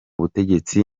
butegetsi